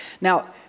Now